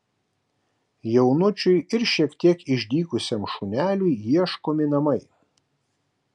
jaunučiui ir šiek tiek išdykusiam šuneliui ieškomi namai